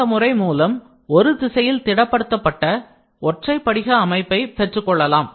இந்த முறை மூலம் ஒரு திசையில் திடப்படுத்தப்பட்ட ஒற்றைப் படிக அமைப்பை பெற்றுக்கொள்ளலாம்